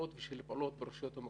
פה פרשתי בפניכם מספר דוגמאות.